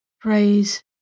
Praise